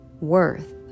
worth